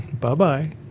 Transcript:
Bye-bye